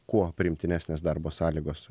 kuo priimtinesnės darbo sąlygos